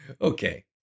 okay